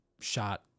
shot